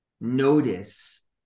notice